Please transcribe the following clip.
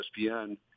ESPN